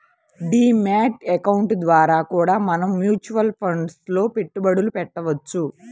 D mat account ద్వారా కూడా మనం మ్యూచువల్ ఫండ్స్ లో పెట్టుబడులు పెట్టవచ్చు